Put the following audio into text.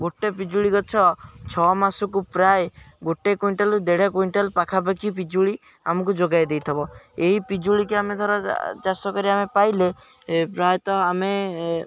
ଗୋଟେ ପିଜୁଳି ଗଛ ଛଅ ମାସକୁ ପ୍ରାୟ ଗୋଟେ କୁଇଣ୍ଟାଲରୁ ଦେଢ଼ କୁଇଣ୍ଟାଲ ପାଖାପାଖି ପିଜୁଳି ଆମକୁ ଯୋଗାଇ ଦେଇଥିବ ଏହି ପିଜୁଳିକି ଆମେ ଧର ଚାଷ କରି ଆମେ ପାଇଲେ ପ୍ରାୟତଃ ଆମେ